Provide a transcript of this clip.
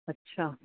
ਅੱਛਾ